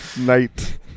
Night